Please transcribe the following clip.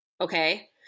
okay